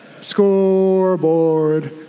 scoreboard